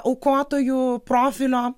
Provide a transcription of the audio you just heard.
aukotojų profilio